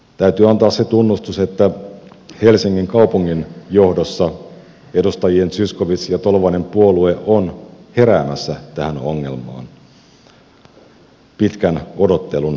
täytyy antaa se tunnustus että helsingin kaupungin johdossa edustajien zyskowicz ja tolvanen puolue on heräämässä tähän ongelmaan pitkän odottelun jälkeen